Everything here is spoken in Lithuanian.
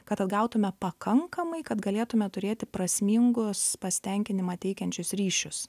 kad atgautume pakankamai kad galėtume turėti prasmingus pasitenkinimą teikiančius ryšius